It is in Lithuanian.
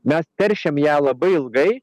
mes teršiam ją labai ilgai